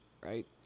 right